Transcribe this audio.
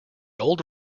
old